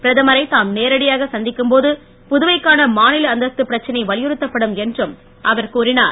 பிரதமரை தாம் நேரடியாக சந்திக்கும்போது புதுவைக்கான மாநில அந்தஸ்து பிரச்னை வலியுறுத்தப்படும் என்றும் அவர் கூறினார்